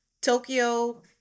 Tokyo